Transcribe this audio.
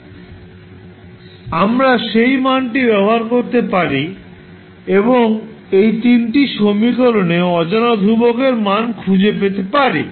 সুতরাং আমরা সেই মানটি ব্যবহার করতে পারি এবং এই তিনটি সমীকরণে অজানা ধ্রুবকের মান খুঁজে পেতে পারি